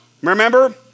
Remember